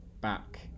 back